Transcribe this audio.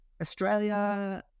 Australia